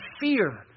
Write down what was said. fear